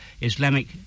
Islamic